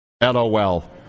LOL